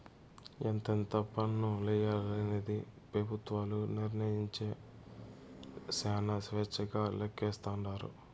ఎంతెంత పన్నులెయ్యాలనేది పెబుత్వాలు నిర్మయించే శానా స్వేచ్చగా లెక్కలేస్తాండారు